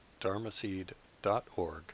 dharmaseed.org